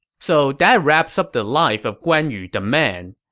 so that wrapped up the life of guan yu the man.